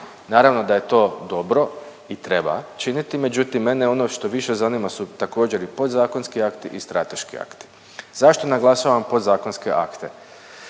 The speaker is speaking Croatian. Naravno da je to dobro i treba činiti, međutim mene ono što više zanima su također i podzakonski akti i strateški akti. Zašto naglašavam podzakonske akte?